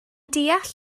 deall